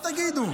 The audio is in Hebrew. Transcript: אל תגידו.